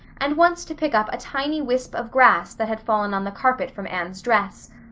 and once to pick up a tiny wisp of grass that had fallen on the carpet from anne's dress.